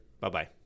Bye-bye